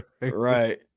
right